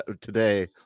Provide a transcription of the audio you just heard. today